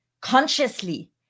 consciously